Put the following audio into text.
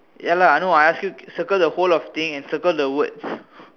ya lah I know I ask you circle the whole of the thing and circle the words